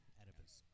Oedipus